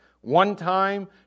one-time